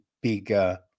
bigger